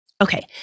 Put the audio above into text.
Okay